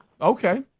Okay